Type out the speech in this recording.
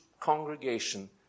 congregation